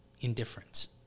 indifference